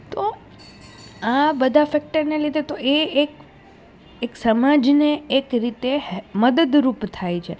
તો આ બધા ફેક્ટરને લીધે તો એ એક એક સમાજને એક રીતે મદદરૂપ થાય છે